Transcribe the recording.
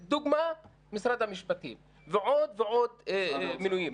דוגמה, משרד המשפטים, ועוד ועוד מינויים.